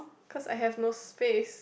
cause I had no space